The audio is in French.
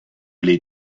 l’ai